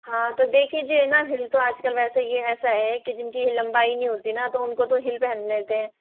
हाँ तो देख लीजिए न हिल तो आजकल वैसे के वैसा है कि जिनकी लम्बाई नहीं होती न तो उनको तो हील पहन लेते हैं